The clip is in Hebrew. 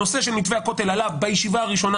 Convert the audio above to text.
הנושא של מתווה הכותל עלה בישיבה הראשונה